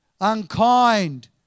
unkind